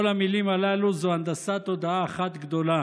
כל המילים הללו הן הנדסת תודעה אחת גדולה